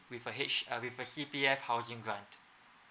with a H~ uh with a C_P_F housing grant